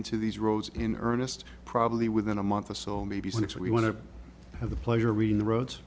into these roads in earnest probably within a month or so maybe since we want to have the pleasure of reading the roads